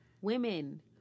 Women